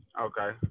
Okay